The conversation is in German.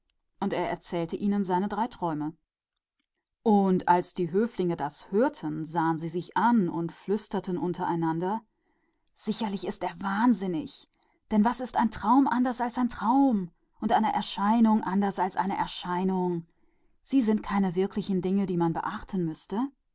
und er erzählte ihnen seine drei träume und als die höflinge die träume hörten sahen sie einander an und flüsterten sicher er ist wahnsinnig denn was ist ein traum mehr als ein traum und ein gesicht mehr als ein gesicht sie sind nichts wirkliches daß man